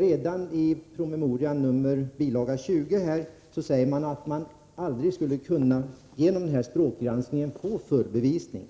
Redan iden PM som utgör bilaga B 20 sägs dock att man genom denna språkgranskning aldrig skulle kunna få full bevisning.